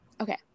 Okay